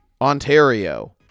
Ontario